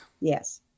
Yes